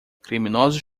criminosos